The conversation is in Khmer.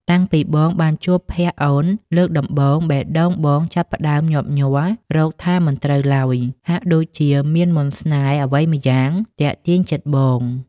តាំងពីបងបានជួបភក្រ្តអូនលើកដំបូង បេះដូងបងចាប់ផ្តើមញាប់ញ័ររកថាមិនត្រូវឡើយ ហាក់ដូចជាមានមន្តស្នេហ៍អ្វីម្យ៉ាងទាក់ទាញចិត្តបង។